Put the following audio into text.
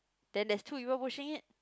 then there's two people pushing it